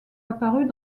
apparues